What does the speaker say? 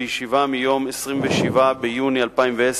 בישיבה ביום 27 ביוני 2010,